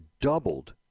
doubled